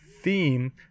theme